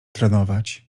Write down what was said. trenować